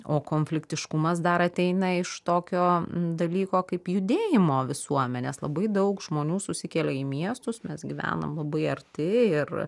o konfliktiškumas dar ateina iš tokio dalyko kaip judėjimo visuomenės labai daug žmonių susikelia į miestus mes gyvenam labai arti ir